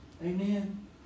Amen